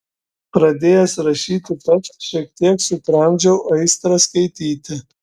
pradėjęs rašyti pats šiek tiek sutramdžiau aistrą skaityti